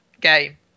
game